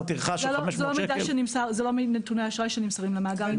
זה לא מנתוני האשראי שנמסרים למאגר.